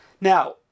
Now